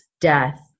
death